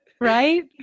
Right